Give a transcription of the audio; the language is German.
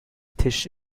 tisch